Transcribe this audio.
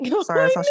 sorry